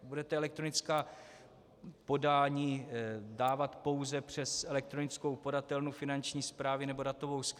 Budete elektronická podání dávat pouze přes elektronickou podatelnu Finanční správy nebo datovou schránku.